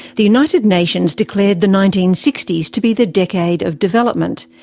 the united nations declared the nineteen sixty s to be the decade of development,